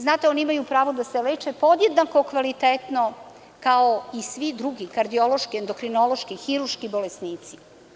Znate, oni imaju pravo da se leče podjednako kvalitetno kao i svi drugi kardiološki, endokrinološki, hirurški bolesnici.